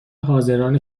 حاضران